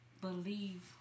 believe